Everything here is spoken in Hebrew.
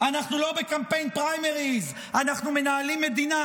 אנחנו לא בקמפיין פריימריז, אנחנו מנהלים מדינה.